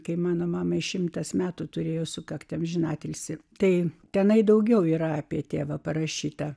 kai mano mamai šimtas metų turėjo sukakti amžinatilsį tai tenai daugiau yra apie tėvą parašyta